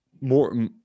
more